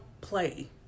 play